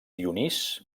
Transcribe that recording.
dionís